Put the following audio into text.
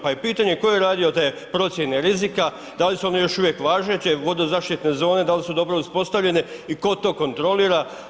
Pa je pitanje tko je radio te procjene rizika, da li su one još uvijek važeće, vodozaštitne zone da li su dobro uspostavljene i tko to kontrolira?